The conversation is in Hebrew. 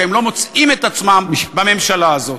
והם לא מוצאים את עצמם בממשלה הזאת.